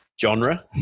genre